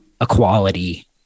equality